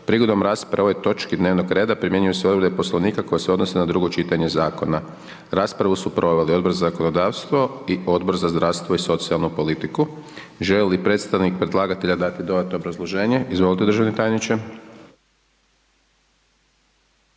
Prigodom rasprave o ovoj točki dnevnog reda primjenjuju se odredbe poslovnika koje se odnose na drugo čitanje zakona. Raspravu su proveli Odbor za zakonodavstvo i Odbor za zdravstvo i socijalnu politiku. Molio bi predstavnika predlagatelja da nam da dodatno obrazloženje, s nama je